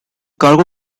cargo